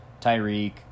Tyreek